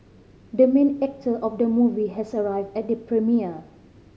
the main actor of the movie has arrived at the premiere